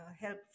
help